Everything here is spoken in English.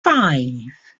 five